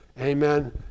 Amen